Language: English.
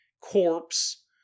corpse